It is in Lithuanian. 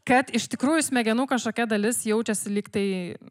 kad iš tikrųjų smegenų kažkokia dalis jaučiasi lyg tai